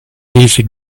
easy